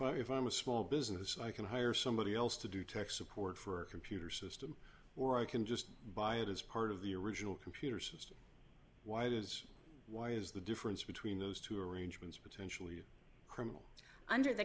i if i'm a small business i can hire somebody else to do tech support for a computer system or i can just buy it as part of the original computer system why is why is the difference between those two arrangements potentially criminal under the